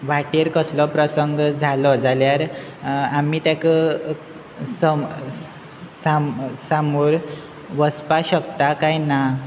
वाटेर कसलो प्रसंग जालो जाल्यार आमी तेका सम सामोर वचपा शकता काय ना